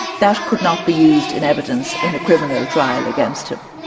that could not be used in evidence in a criminal trial against him.